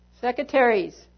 secretaries